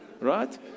Right